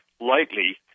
lightly